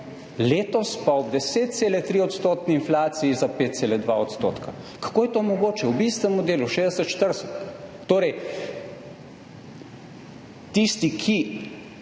letos pa ob 10,3-odstotni inflaciji za 5,2 %. Kako je to mogoče, ob istem modelu 60 : 40? Torej tisti, ki